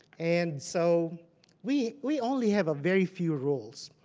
and so we we only have a very few rules.